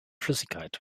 flüssigkeit